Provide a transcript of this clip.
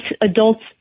adults